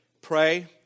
pray